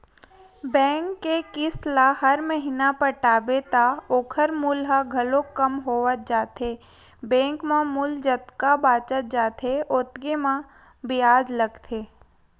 bank के किस्त ल हर महिना पटाबे त ओखर मूल ह घलोक कम होवत जाथे बेंक म मूल जतका बाचत जाथे ओतके म बियाज लगथे